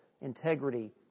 integrity